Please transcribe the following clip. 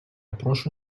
прошу